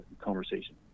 conversation